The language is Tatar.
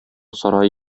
сарае